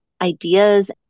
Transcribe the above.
ideas